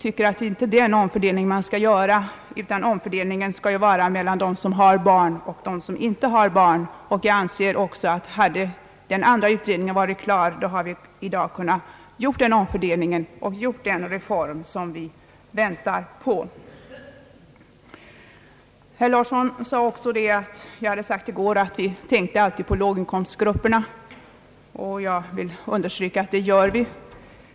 Det är inte den omfördelningen som man skall göra, utan omfördelningen bör ske mellan dem som har barn och dem som inte har barn, och hade den andra utredningen varit klar, så hade vi i dag kunnat göra den omfördelningen och besluta om den reform som vi väntar på. Herr Larsson nämnde också att jag i går sade att vi alltid tänker på låginkomstgrupperna. Jag vill understryka att det är riktigt.